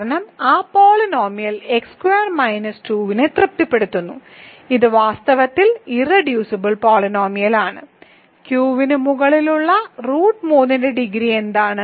കാരണം ആ പോളിനോമിയൽ x2-2നെ തൃപ്തിപ്പെടുത്തുന്നു ഇത് വാസ്തവത്തിൽ ഇർറെഡ്യൂസിബിൾ പോളിനോമിയലാണ് Q ന് മുകളിലുള്ള റൂട്ട് 3 ന്റെ ഡിഗ്രി എന്താണ്